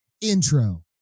intro